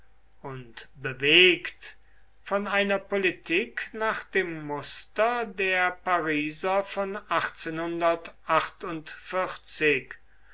und bewegt von einer politik nach dem muster der pariser von